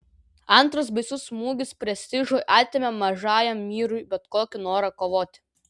antras baisus smūgis prestižui atėmė mažajam myrui bet kokį norą kovoti